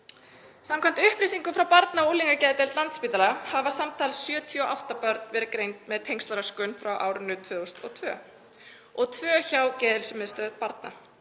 Samkvæmt upplýsingum frá barna- og unglingageðdeild Landspítala hafa samtals 78 börn verið greind með tengslaröskun frá árinu 2002 og tvö hjá Geðheilsumiðstöð barna